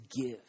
give